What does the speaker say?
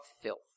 filth